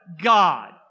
God